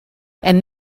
and